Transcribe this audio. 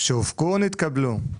שהופקו או נתקבלו?